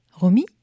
Romy